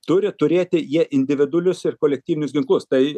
turi turėti jie individualius ir kolektyvinius ginklus tai